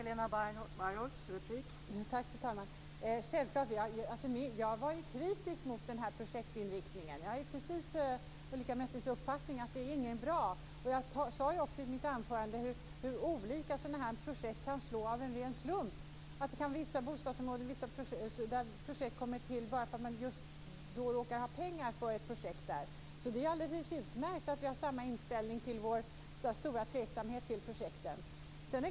Fru talman! Det är självklart. Jag var ju kritisk mot projektinriktningen. Jag delar Ulrica Messings uppfattning att de inte är bra. Jag talade också i mitt anförande om hur olika sådana här projekt kan slå av en ren slump. Vissa projekt i vissa bostadsområden kan komma till bara för att man just då råkar ha pengar till ett projekt. Det är alldeles utmärkt att vi har samma inställning och hyser samma stora tveksamhet till projekten.